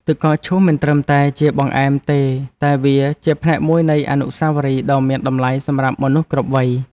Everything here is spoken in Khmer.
ទឹកកកឈូសមិនត្រឹមតែជាបង្អែមទេតែវាជាផ្នែកមួយនៃអនុស្សាវរីយ៍ដ៏មានតម្លៃសម្រាប់មនុស្សគ្រប់វ័យ។